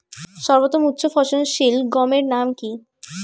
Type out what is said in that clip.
সর্বতম উচ্চ ফলনশীল গমের নাম কি?